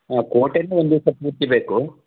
ಹಾಂ ಕೋಟೆಯೇ ಒಂದಿವ್ಸ ಪೂರ್ತಿ ಬೇಕು